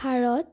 Bharat